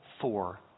four